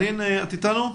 אלין, את איתנו?